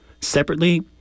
separately